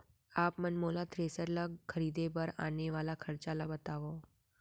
आप मन मोला थ्रेसर ल खरीदे बर आने वाला खरचा ल बतावव?